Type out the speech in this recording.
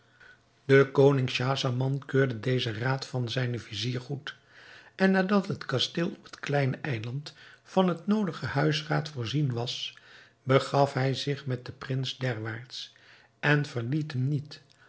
de koning schahzaman keurde dezen raad van zijn vizier goed en nadat het kasteel op het kleine eiland van het noodige huisraad voorzien was begaf hij zich met den prins derwaarts en verliet hem niet